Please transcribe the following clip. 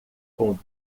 com